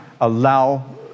allow